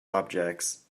objects